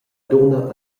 dunna